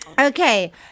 Okay